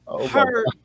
hurt